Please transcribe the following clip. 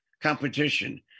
competition